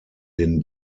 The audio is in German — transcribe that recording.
den